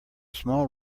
small